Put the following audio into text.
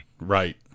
Right